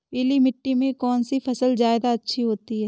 पीली मिट्टी में कौन सी फसल ज्यादा अच्छी होती है?